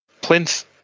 plinth